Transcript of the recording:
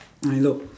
ah hello